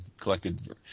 collected